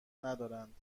ندارند